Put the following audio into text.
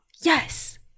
yes